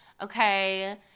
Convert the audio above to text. okay